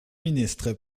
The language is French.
ministre